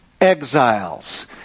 exiles